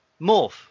Morph